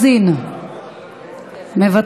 זוהיר בהלול, אינו נוכח.